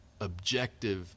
objective